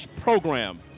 program